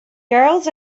girls